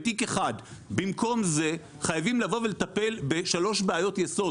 במקום זה חייבים לבוא ולטפל בשלוש בעיות יסוד.